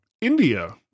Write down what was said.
India